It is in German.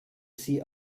sie